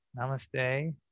Namaste